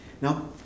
Now